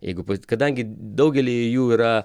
jeigu kadangi daugelyje jų yra